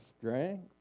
strength